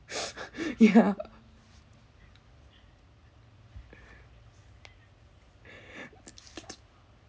ya